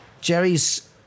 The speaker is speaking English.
Jerry's